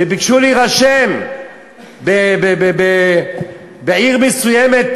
וביקשו להירשם בעיר מסוימת